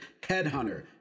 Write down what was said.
Headhunter